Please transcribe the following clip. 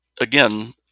Again